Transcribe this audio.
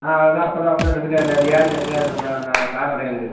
ஆ அவ்வளோ தான் அப்போ தான் ஒன்றும் நெருங்காது இந்த வியாதி நெருங்காது கால்நடைங்களுக்கு